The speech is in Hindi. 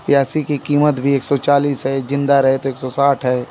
प्यासी की भी क़ीमत एक सौ चालीस है ज़िंदा रहे तो एक सौ साठ है